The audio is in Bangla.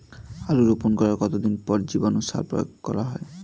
আলু রোপণ করার কতদিন পর জীবাণু সার প্রয়োগ করা হয়?